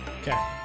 okay